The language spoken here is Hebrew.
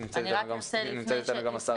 נמצאת אתנו גם השרה.